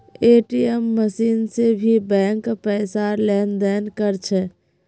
ATM machine से भी bank पैसार लेन देन कर छे